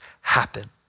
happen